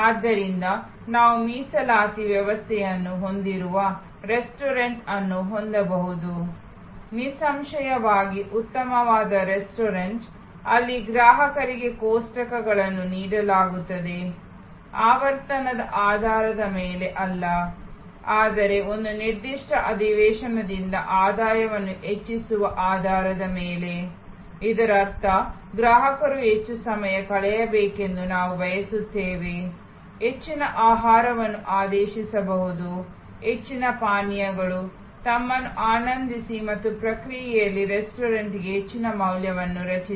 ಆದ್ದರಿಂದ ನಾವು ಮೀಸಲಾತಿ ವ್ಯವಸ್ಥೆಯನ್ನು ಹೊಂದಿರುವ ರೆಸ್ಟೋರೆಂಟ್ ಅನ್ನು ಹೊಂದಬಹುದು ನಿಸ್ಸಂಶಯವಾಗಿ ಉತ್ತಮವಾದ ರೆಸ್ಟೋರೆಂಟ್ ಅಲ್ಲಿ ಗ್ರಾಹಕರಿಗೆ ಕೋಷ್ಟಕಗಳನ್ನು ನೀಡಲಾಗುತ್ತದೆ ಆವರ್ತನದ ಆಧಾರದ ಮೇಲೆ ಅಲ್ಲ ಆದರೆ ಒಂದು ನಿರ್ದಿಷ್ಟ ಅಧಿವೇಶನದಿಂದ ಆದಾಯವನ್ನು ಹೆಚ್ಚಿಸುವ ಆಧಾರದ ಮೇಲೆ ಇದರರ್ಥ ಗ್ರಾಹಕರು ಹೆಚ್ಚು ಸಮಯ ಕಳೆಯಬೇಕೆಂದು ನಾವು ಬಯಸುತ್ತೇವೆ ಹೆಚ್ಚಿನ ಆಹಾರವನ್ನು ಆದೇಶಿಸಬೇಕು ಹೆಚ್ಚಿನ ಪಾನೀಯಗಳು ತಮ್ಮನ್ನು ಆನಂದಿಸಿ ಮತ್ತು ಪ್ರಕ್ರಿಯೆಯಲ್ಲಿ ರೆಸ್ಟೋರೆಂಟ್ಗೆ ಹೆಚ್ಚಿನ ಮೌಲ್ಯವನ್ನು ರಚಿಸಿ